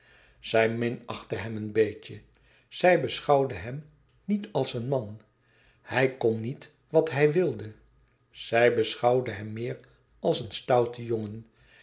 zij minachtte hem een beetje zij beschouwde hem niet als een man hij kon niet wat hij wilde zij beschouwde hem meer als een stouten jongen